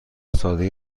سادگی